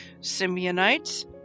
Simeonites